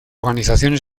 organizaciones